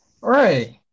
Right